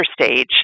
stage